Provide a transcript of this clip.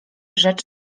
rzecz